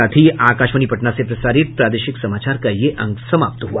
इसके साथ ही आकाशवाणी पटना से प्रसारित प्रादेशिक समाचार का ये अंक समाप्त हुआ